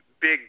big